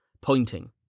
pointing